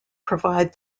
provide